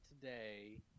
today